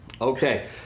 Okay